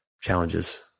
challenges